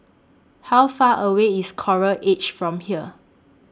How Far away IS Coral Edge from here